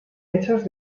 hechas